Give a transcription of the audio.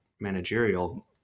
managerial